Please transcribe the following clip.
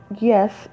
yes